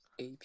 AP